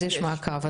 יש מעקב.